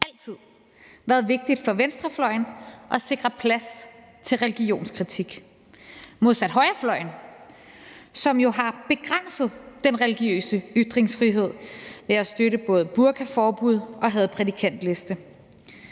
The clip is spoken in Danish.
altid – været vigtigt for venstrefløjen at sikre plads til religionskritik, modsat højrefløjen, der jo har begrænset den religiøse ytringsfrihed ved at støtte både et burkaforbud og en hadprædikantliste.